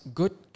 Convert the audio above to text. good